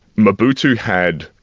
mobutu had,